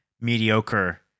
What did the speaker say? mediocre